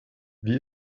wie